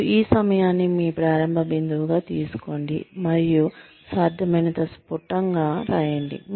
మరియు ఈ సమయాన్ని మీ ప్రారంభ బిందువుగా తీసుకోండి మరియు సాధ్యమైనంత స్ఫుటంగా రాయండి